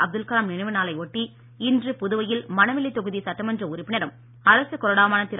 அப்துல் கலாம் நினைவு நாளையொட்டி இன்று புதுவையில் மணவெளி தொகுதி சட்டமன்ற உறுப்பினரும் அரசுக் கொறடாவுமான திரு